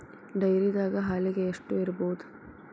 ಡೈರಿದಾಗ ಹಾಲಿಗೆ ಎಷ್ಟು ಇರ್ಬೋದ್?